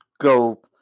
go